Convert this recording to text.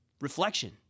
reflection